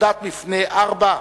"נקודת מפנה 4",